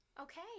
Okay